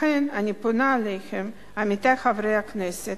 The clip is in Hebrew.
לכן, אני פונה אליכם, עמיתי חברי הכנסת,